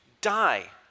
die